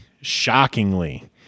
shockingly